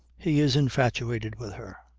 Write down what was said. he is infatuated with her.